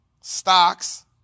stocks